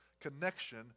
connection